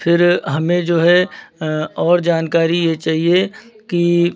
फिर हमें जो है और जानकारी ये चाहिए कि